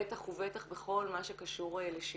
בטח ובטח בכל מה שקשור לשיקום.